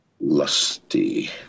lusty